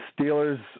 Steelers